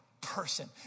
person